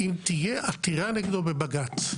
אם תהיה עתירה נגדו בבג"ץ.